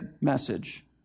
message